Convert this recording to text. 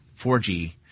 4G